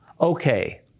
Okay